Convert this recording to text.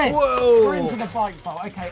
um we're into the bike vault. okay,